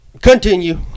Continue